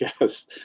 Yes